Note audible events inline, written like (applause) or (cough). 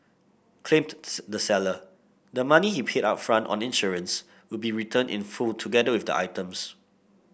claimed (unintelligible) the seller the money he paid upfront on insurance will be returned in full together with the items